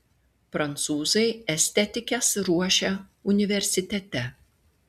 prancūzai estetikes ruošia universitete